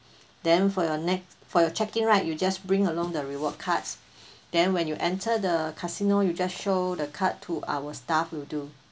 then for your next for your check-in right you just bring along the reward cards then when you enter the casino you just show the card to our staff will do